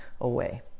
away